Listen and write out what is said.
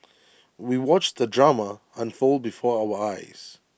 we watched the drama unfold before our eyes